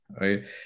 right